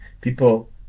people